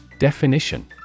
Definition